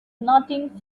nothing